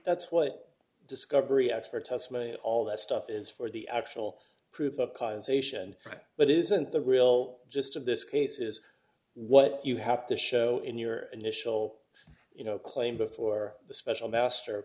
that's what discovery expert testimony and all that stuff is for the actual proof of causation right but isn't the real gist of this case is what you have to show in your initial you know claim before the special master